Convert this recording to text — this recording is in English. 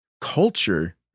culture